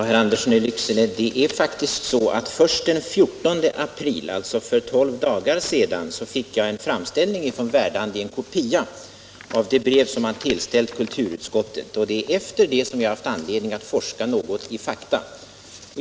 Herr talman! Det är faktiskt så, herr Andersson i Lycksele, att jag den 14 april, alltså för 12 dagar sedan, fick en framställning från Verdandi —- en kopia av det brev som tillställts kulturutskottet — och det är först därefter som jag haft anledning att forska något i fakta.